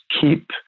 keep